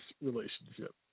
relationship